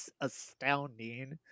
astounding